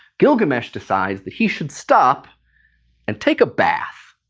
gilgamesh decides that he should stop and take a bath.